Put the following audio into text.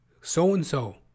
so-and-so